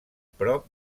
prop